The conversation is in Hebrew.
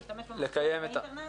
להשתמש במחשבים ובאינטרנט.